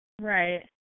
Right